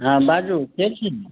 हँ बाजू के छी